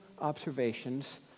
observations